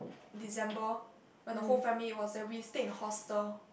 December when the whole family was there we stayed in hostel